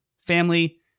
family